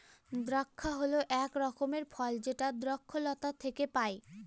দ্রাক্ষা হল এক রকমের ফল যেটা দ্রক্ষলতা থেকে পায়